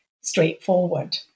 straightforward